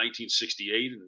1968